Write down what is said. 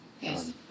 Yes